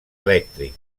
elèctric